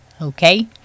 Okay